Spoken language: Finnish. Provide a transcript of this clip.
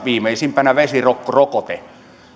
viimeisimpänä vesirokkorokote